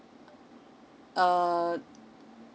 err